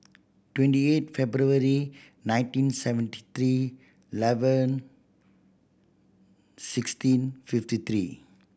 twenty eight February nineteen seventy three eleven sixteen fifty three